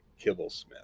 Kibblesmith